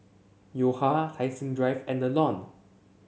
Yo Ha Tai Seng Drive and The Lawn